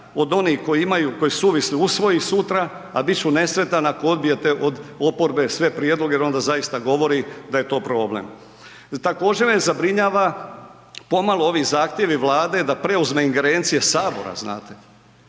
se ne razumije./... usvoji sutra, a bit ću nesretan ako odbijete od oporbe sve prijedloge jer onda zaista govori da je to problem. Također me zabrinjava pomalo ovi zahtjevi Vlade da preuzme ingerencije Sabora znate,